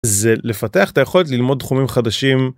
זה לפתח את היכולת ללמוד תחומים חדשים.